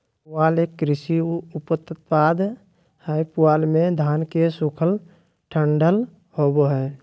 पुआल एक कृषि उपोत्पाद हय पुआल मे धान के सूखल डंठल होवो हय